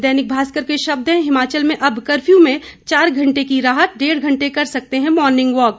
दैनिक भास्कर के शब्द हैं हिमाचल में अब कर्फ्यू में चार घंटे की राहत डेढ़ घंटे कर सकते हैं मॉर्निंग वॉक